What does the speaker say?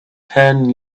ten